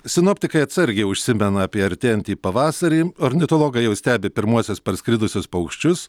sinoptikai atsargiai užsimena apie artėjantį pavasarį ornitologai jau stebi pirmuosius parskridusius paukščius